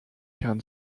can